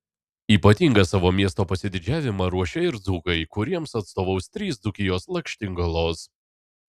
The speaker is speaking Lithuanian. ypatingą savo miesto pasididžiavimą ruošia ir dzūkai kuriems atstovaus trys dzūkijos lakštingalos